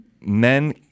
men